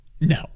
No